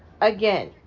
again